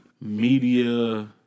media